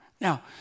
Now